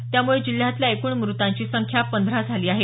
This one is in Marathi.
त्यामुळे जिल्ह्यातल्या एकूण म्रतांची संख्या पंधरा झाली आहे